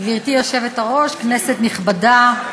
גברתי היושבת-ראש, כנסת נכבדה,